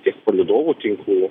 tiek palydovų tinklų